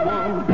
one